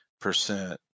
percent